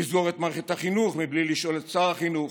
לסגור את מערכת החינוך בלי לשאול את שר החינוך,